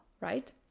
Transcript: right